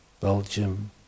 Belgium